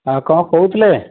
ହଁ କ'ଣ କହୁଥିଲେ